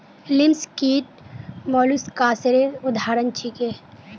लिमस कीट मौलुसकासेर उदाहरण छीके